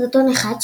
סרטון אחד,